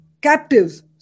captives